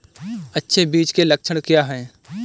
अच्छे बीज के लक्षण क्या हैं?